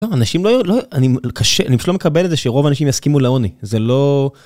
אנשים לא, לא... אני קשה, אני פשוט לא מקבל את זה שרוב האנשים יסכימו לעוני, זה לא